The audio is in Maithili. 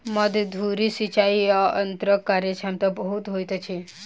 मध्य धुरी सिचाई यंत्रक कार्यक्षमता बहुत होइत अछि